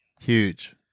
Huge